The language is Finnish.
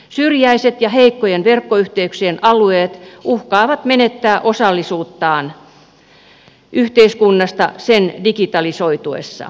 syrjäiset ja heikkojen verkkoyhteyksien alueet uhkaavat menettää osallisuuttaan yhteiskunnasta sen digitalisoituessa